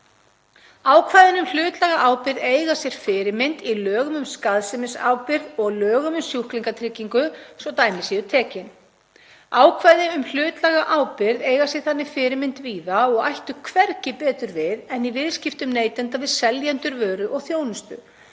Ákvæðin um hlutlæga ábyrgð eiga sér fyrirmynd í lögum um skaðsemisábyrgð og lögum um sjúklingatryggingu, svo dæmi séu tekin. Ákvæði um hlutlæga ábyrgð eiga sér þannig fyrirmynd víða og ættu hvergi betur við en í viðskiptum neytenda við seljendur vöru og þjónustu